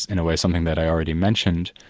in a way something that i already mentioned,